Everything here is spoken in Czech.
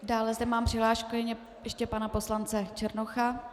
Dále zde mám přihlášku ještě pana poslance Černocha.